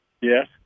Yes